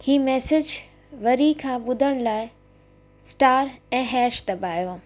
हीउ मेसैज वरी खां ॿुधण लाइ स्टार ऐं हैश दॿायो